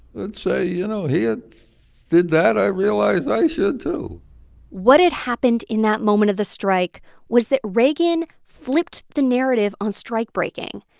let's say, you know, he ah did that i realized i should, too what had happened in that moment of the strike was that reagan flipped the narrative on strikebreaking.